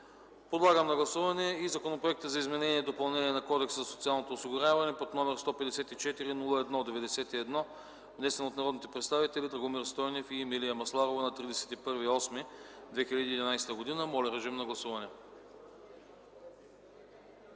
Подлагам на гласуване и Законопроекта за изменение и допълнение на Кодекса за социално осигуряване, № 154 01 91, внесен от народните представители Драгомир Стойнев и Емилия Масларова на 31 август 2011 г. Моля, гласувайте.